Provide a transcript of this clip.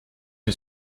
que